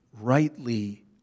rightly